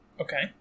Okay